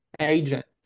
agents